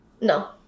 No